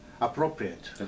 appropriate